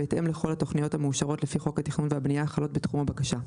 בהתאם לכל התוכניות המאושרות לפי חוק התכנון והבנייה החלות בתחום הבקשה,